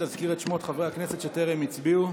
תזכיר את שמות חברי הכנסת שטרם הצביעו.